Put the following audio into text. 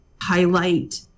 highlight